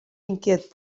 inquiet